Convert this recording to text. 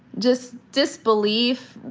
just disbelief,